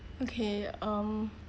okay um